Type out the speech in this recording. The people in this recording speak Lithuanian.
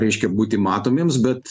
reiškia būti matomiems bet